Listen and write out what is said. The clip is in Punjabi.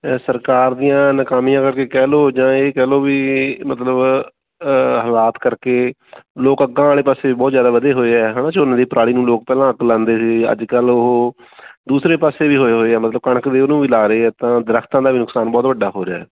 ਸਰਕਾਰ ਦੀਆਂ ਨਕਾਮੀਆਂ ਕਰਕੇ ਕਹਿ ਲਓ ਜਾਂ ਇਹ ਕਹਿ ਲਓ ਵੀ ਮਤਲਬ ਹਾਲਾਤ ਕਰਕੇ ਲੋਕ ਅੱਗਾਂ ਵਾਲੇ ਪਾਸੇ ਬਹੁਤ ਜ਼ਿਆਦਾ ਵਧੇ ਹੋਏ ਆ ਹੈ ਨਾ ਝੋਨੇ ਦੀ ਪਰਾਲੀ ਨੂੰ ਲੋਕ ਪਹਿਲਾਂ ਅੱਗ ਲਗਾਉਂਦੇ ਸੀਗੇ ਅੱਜ ਕੱਲ੍ਹ ਉਹ ਦੂਸਰੇ ਪਾਸੇ ਵੀ ਹੋਏ ਹੋਏ ਆ ਮਤਲਬ ਕਣਕ ਦੇ ਉਹਨੂੰ ਵੀ ਲਾ ਰਹੇ ਆ ਤਾਂ ਦਰੱਖਤਾਂ ਦਾ ਵੀ ਨੁਕਸਾਨ ਬਹੁਤ ਵੱਡਾ ਹੋ ਰਿਹਾ ਹੈ